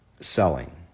selling